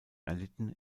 erlitten